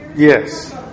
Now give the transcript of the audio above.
Yes